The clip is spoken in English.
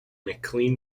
mclean